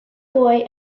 boy